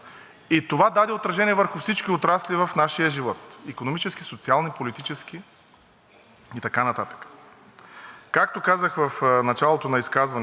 Както казах в началото на изказването си, съпричастността изисква отговорно и държавническо поведение.